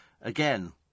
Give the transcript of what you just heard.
again